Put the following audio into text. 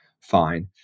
fine